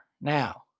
Now